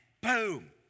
boom